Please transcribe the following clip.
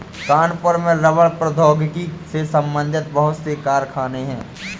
कानपुर में रबड़ प्रौद्योगिकी से संबंधित बहुत से कारखाने है